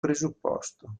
presupposto